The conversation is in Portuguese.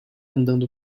andando